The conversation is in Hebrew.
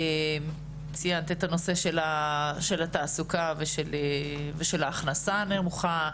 ציינת את הנושא של התעסוקה ושל ההכנסה הנמוכה,